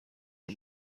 این